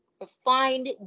refined